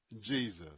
Jesus